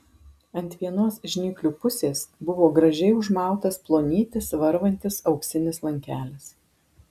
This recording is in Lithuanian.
ant vienos žnyplių pusės buvo gražiai užmautas plonytis varvantis auksinis lankelis